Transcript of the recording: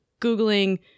Googling